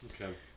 Okay